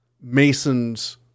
Masons